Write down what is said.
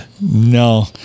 No